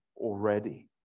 already